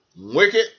wicked